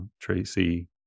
Tracy